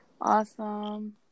Awesome